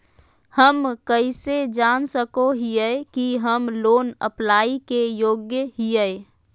हम कइसे जान सको हियै कि हम लोन अप्लाई के योग्य हियै?